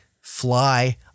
fly